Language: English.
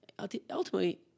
ultimately